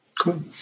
Cool